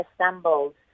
assembled